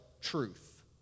truth